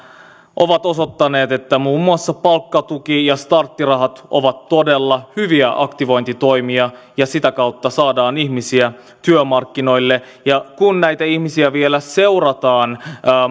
ovat osoittaneet että muun muassa palkkatuki ja starttirahat ovat todella hyviä aktivointitoimia ja sitä kautta saadaan ihmisiä työmarkkinoille ja kun näitä ihmisiä vielä seurataan